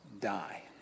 die